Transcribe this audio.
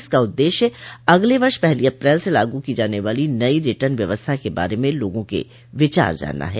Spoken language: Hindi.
इसका उद्देश्य अगले वर्ष पहलो अप्रैल से लागू की जाने वाली नयी रिटर्न व्यवस्था के बारे में लोगों के विचार जानना है